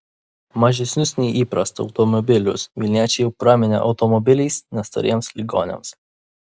mažesnius nei įprasta automobilius vilniečiai jau praminė automobiliais nestoriems ligoniams